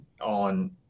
on